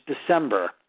December